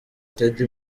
ted